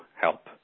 help